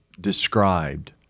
described